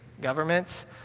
governments